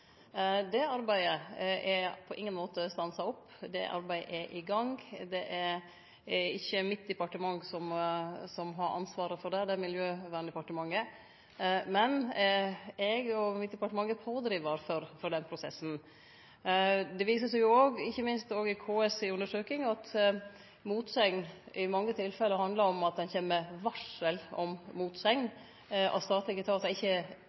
Det arbeidet er på ingen måte stansa opp, det arbeidet er i gang. Det er ikkje mitt departement som har ansvaret for det, det er Miljøverndepartementet, men eg og mitt departement er pådrivarar for den prosessen. Det viser seg òg, ikkje minst i KS si undersøking, at motsegn i mange tilfelle handlar om at ein kjem med varsel om motsegn – at statlege etatar ikkje